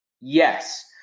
Yes